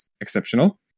exceptional